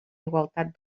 igualtat